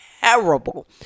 terrible